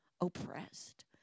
oppressed